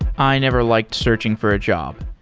i never liked searching for a job.